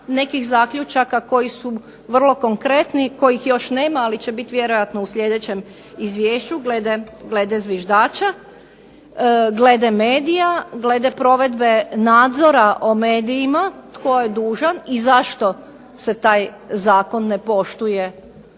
nekih zaključaka koji su vrlo konkretni, kojih još nema, ali će biti vjerojatno u sljedećem izvješću glede zviždača, glede medija, glede provedbe nadzora o medijima tko je dužan i zašto se taj zakon ne poštuje